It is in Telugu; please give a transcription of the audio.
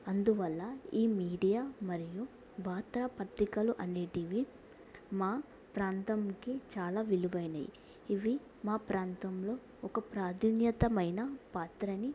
అందువల్ల ఈ మీడియా మరియు వార్తా పత్రికలు అనేవి మా ప్రాంతానికి చాలా విలువైనవి ఇవి మా ప్రాంతంలో ఒక ప్రాధాన్యతమైన పాత్రని